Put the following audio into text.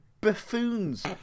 buffoons